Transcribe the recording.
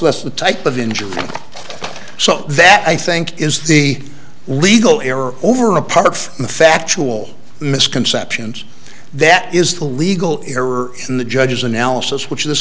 less the type of injury so that i think is the legal error over apart from the factual misconceptions that is the legal error in the judge's analysis which